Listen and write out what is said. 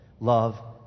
love